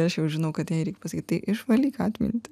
aš jau žinau kad jai reik pasakyt tai išvalyk atmintį